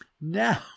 now